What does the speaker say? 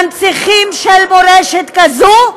מנציחים של מורשת כזאת,